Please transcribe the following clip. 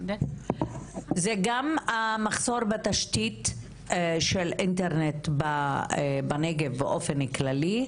זה גם המחסור בתשתית של אינטרנט בנגב באופן כללי,